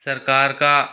सरकार का